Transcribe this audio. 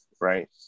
right